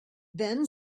then